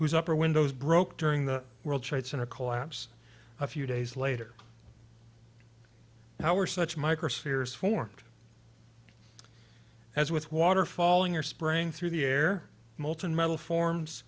whose upper windows broke during the world trade center collapse a few days later how were such microspheres for as with water falling or spraying through the air molten metal forms